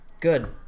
Good